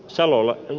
salolla on